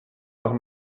leurs